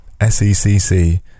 SECC